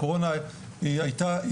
הקורונה הייתה,